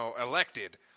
elected